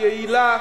יעילה